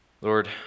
Lord